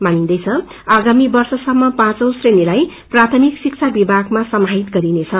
मानिन्दैछ आगामी वर्षसम्म पाँची श्रेणीलाई प्राथमिक शिक्षा विभागमा समाहित गरिनेछ